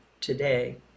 today